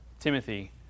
Timothy